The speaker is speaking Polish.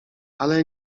ale